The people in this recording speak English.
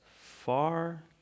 far